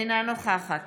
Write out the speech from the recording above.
אינה נוכחת